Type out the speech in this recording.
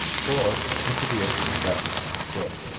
four into the ocean's depths good.